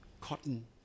cotton